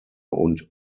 und